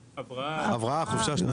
הבראה, חופשה שנתית.